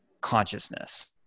consciousness